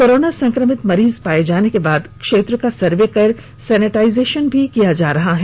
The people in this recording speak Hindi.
कोरोना संक्रमित मरीज पाए जाने के बाद क्षेत्र का सर्वे कर सेनेटाइज भी किया जा रहा है